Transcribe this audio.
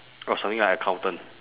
orh something like accountant